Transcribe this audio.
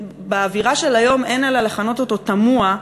שבאווירה של היום אין אלא לכנות אותו תמוה,